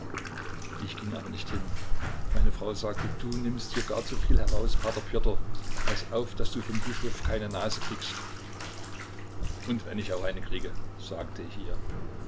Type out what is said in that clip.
ich ging aber nicht hin meine frau sagte du nimmst dir gar zu viel heraus p pjotr paß auf daß du vom bischof keine nase kriegst und wenn ich auch eine kriege sagte ich